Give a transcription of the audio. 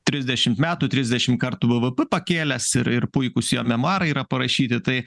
trisdešimt metų trisdešim kartų bvp pakėlęs ir ir puikūs jo memuarai yra parašyti tai